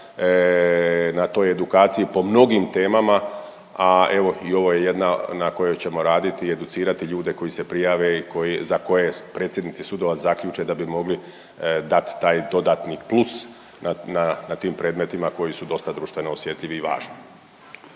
na toj edukaciji po mnogim temama, a evo i ovo je jedna na kojoj ćemo raditi i educirati ljude koji se prijave i za koje predsjednici sudova zaključe da bi mogli dati taj dodatni plus na tim predmetima koji su dosta društveno osjetljivi i važni.